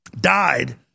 died